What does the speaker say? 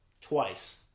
twice